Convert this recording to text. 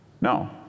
No